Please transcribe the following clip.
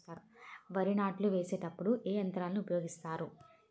వరి నాట్లు వేసేటప్పుడు ఏ యంత్రాలను ఉపయోగిస్తారు?